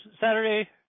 Saturday